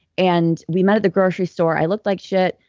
and we met at the grocery store, i look like shit,